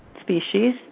species